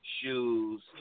shoes